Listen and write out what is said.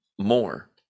more